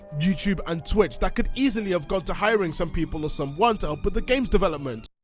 youtube and twitch that could easily have gone to hiring some people or some one to help with the game's development.